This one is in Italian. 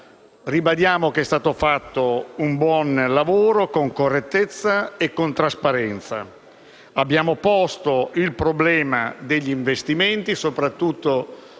Ribadiamo che è stato fatto un buon lavoro con correttezza e trasparenza. Abbiamo posto il problema degli investimenti, soprattutto dopo